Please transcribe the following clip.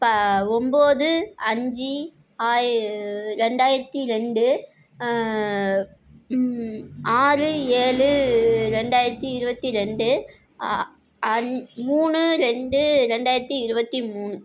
ப ஒம்பது அஞ்சு ஆயி ரெண்டாயிரத்தி ரெண்டு ஆறு ஏழு ரெண்டாயிரத்தி இருபத்தி ரெண்டு அன் மூணு ரெண்டு ரெண்டாயிரத்தி இருபத்தி மூணு